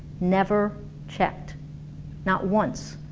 never checked not once,